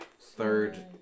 third